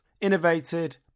Innovated